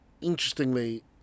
interestingly